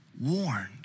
warned